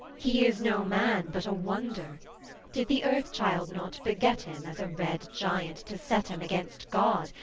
he is no man, but a wonder did the earth-child not beget him, as a red giant, to set him against god,